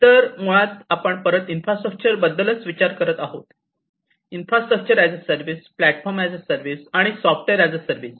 तर मुळात आपण परत इन्फ्रास्ट्रक्चर बद्दलच विचार करत आहोत infrastructure as a service platform as a service आणि सॉफ्टवेअर ऍज अ सर्विस